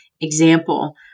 example